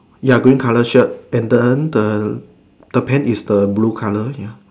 ya green colour shirt and then the the pants is the blue colour ya